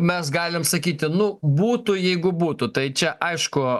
mes galim sakyti nu būtų jeigu būtų tai čia aišku